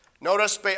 Notice